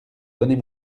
donnez